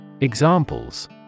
Examples